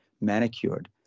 manicured